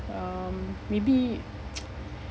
um maybe